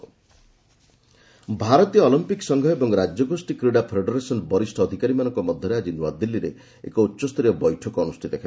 IOA shooting ଭାରତୀୟ Olympic ସଂଘ ଏବଂ ରାଜ୍ୟ ଗୋଷୀ କ୍ରୀଡ଼ା ଫେଡେରେସନ୍ର ବରିଷ୍ଣ ଅଧିକାରୀମାନଙ୍କ ମଧ୍ୟରେ ଆଜି ନୂଆଦିଲ୍ଲୀରେ ଏକ ଉଚ୍ଚସ୍ତରୀୟ ବୈଠକ ଅନୁଷ୍ଠିତ ହେବ